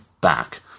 back